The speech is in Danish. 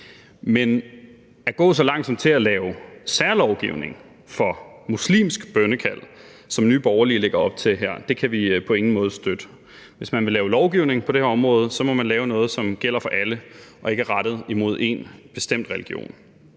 Men at gå så langt som til at lave særlovgivning for muslimsk bønnekald, som Nye Borgerlige lægger op til, kan vi på ingen måde støtte. Hvis man vil lave lovgivning på det her område, må man lave noget, som gælder for alle og ikke er rettet imod én bestemt religion.